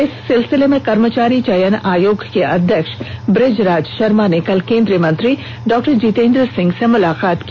इस सिलसिले में कर्मचारी चयन आयोग के अध्यक्ष बुजराज शर्मा ने कल केन्द्रीय मंत्री डॉक्टर जितेन्द्र सिंह से मुलाकात की